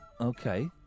Okay